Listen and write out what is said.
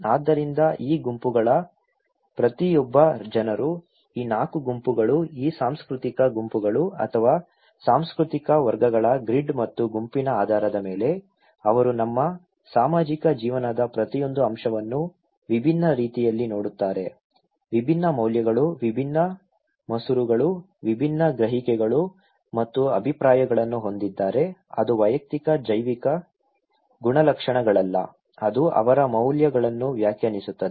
ಆದ್ದರಿಂದ ಈ ಗುಂಪುಗಳ ಪ್ರತಿಯೊಬ್ಬ ಜನರು ಈ 4 ಗುಂಪುಗಳು ಈ ಸಾಂಸ್ಕೃತಿಕ ಗುಂಪುಗಳು ಅಥವಾ ಸಾಂಸ್ಕೃತಿಕ ವರ್ಗಗಳ ಗ್ರಿಡ್ ಮತ್ತು ಗುಂಪಿನ ಆಧಾರದ ಮೇಲೆ ಅವರು ನಮ್ಮ ಸಾಮಾಜಿಕ ಜೀವನದ ಪ್ರತಿಯೊಂದು ಅಂಶವನ್ನು ವಿಭಿನ್ನ ರೀತಿಯಲ್ಲಿ ನೋಡುತ್ತಾರೆ ವಿಭಿನ್ನ ಮೌಲ್ಯಗಳು ವಿಭಿನ್ನ ಮಸೂರಗಳು ವಿಭಿನ್ನ ಗ್ರಹಿಕೆಗಳು ಮತ್ತು ಅಭಿಪ್ರಾಯಗಳನ್ನು ಹೊಂದಿದ್ದಾರೆ ಅದು ವೈಯಕ್ತಿಕ ಜೈವಿಕ ಗುಣಲಕ್ಷಣಗಳಲ್ಲ ಅದು ಅವರ ಮೌಲ್ಯಗಳನ್ನು ವ್ಯಾಖ್ಯಾನಿಸುತ್ತದೆ